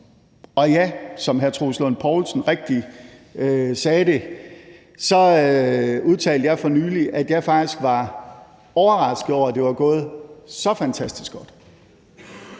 Og ja, som hr. Troels Lund Poulsen rigtigt sagde det, udtalte jeg for nylig, at jeg faktisk var overrasket over, at det var gået så fantastisk godt.